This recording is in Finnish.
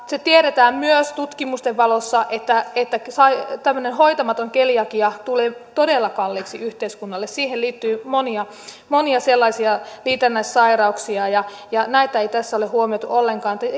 se tiedetään myös tutkimusten valossa että tämmöinen hoitamaton keliakia tulee todella kalliiksi yhteiskunnalle siihen liittyy monia monia liitännäissairauksia ja ja näitä ei tässä ole huomioitu ollenkaan